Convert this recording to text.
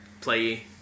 play